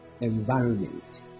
environment